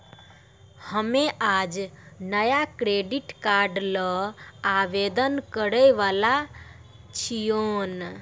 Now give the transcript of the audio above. हम्मे आज नया क्रेडिट कार्ड ल आवेदन करै वाला छियौन